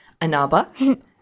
Anaba